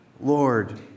Lord